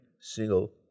single